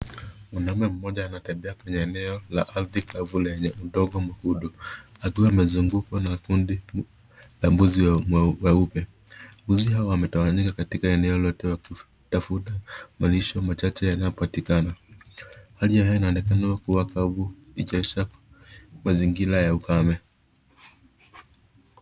Mwanaume mmoja anatembea kwenye eneo la ardhi kavu lenye undongo mwekundu akiwa amezungukwa na kundi la mbuzi weupe. Mbuzi hawa wametawanyika kwenye eneo lote wakitafuta malisho machache yanayopatikana. Hali ya hewa inaonekana kuwa kavu ikionyesha mazingira ya ukame.